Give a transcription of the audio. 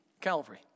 Calvary